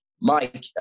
Mike